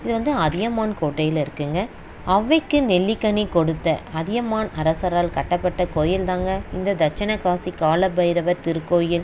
இது வந்து அதியமான் கோட்டையில் இருக்குங்க ஔவைக்கு நெல்லிக்கனி கொடுத்த அதியமான் அரசரால் கட்டப்பட்ட கோயில் தாங்க இந்த தட்சிணகாசி காலபைரவர் திருக்கோயில்